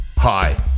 Hi